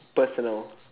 personal